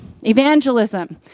Evangelism